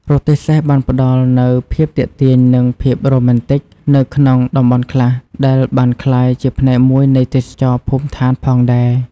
រទេះសេះបានផ្តល់នូវភាពទាក់ទាញនិងភាពរ៉ូមែនទិកនៅក្នុងតំបន់ខ្លះ ដែលបានក្លាយជាផ្នែកមួយនៃទេសចរណ៍ភូមិដ្ឋានផងដែរ។